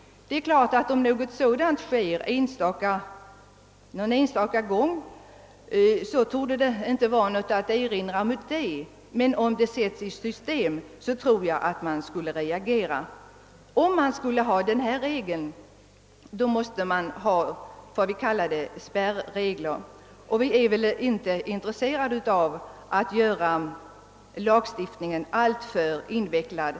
Det är klart att det inte finns något att erinra häremot om det äger rum någon enstaka gång, men om det sätts i system tror jag att man kommer att reagera. Skall vi ha den här regeln måste vi också ha vad vi kallar spärregler, men vi är väl inte intresserade av att göra lagen alltför invecklad.